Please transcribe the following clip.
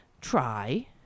try